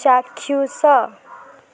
ଚାକ୍ଷୁଷ